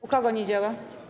U kogo nie działa?